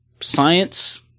Science